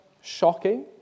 shocking